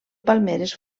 palmeres